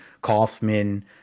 Kaufman